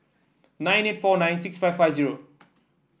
nine eight four nine six five five zero